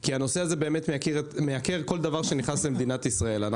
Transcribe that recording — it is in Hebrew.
כי הנושא הזה מייקר כל דבר שנכנס למדינת ישראל.